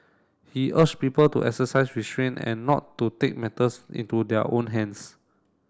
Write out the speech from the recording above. he urged people to exercise restraint and not to take matters into their own hands